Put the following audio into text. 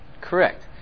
correct